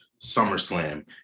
SummerSlam